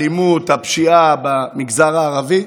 האלימות, הפשיעה במגזר הערבי,